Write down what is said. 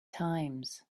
times